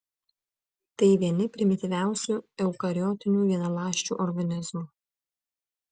tai vieni primityviausių eukariotinių vienaląsčių organizmų